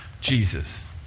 Jesus